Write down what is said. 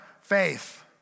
faith